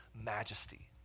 majesty